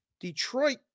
Detroit